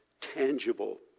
tangible